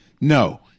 No